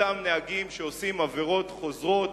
אותם נהגים שעושים עבירות חוזרות,